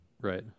Right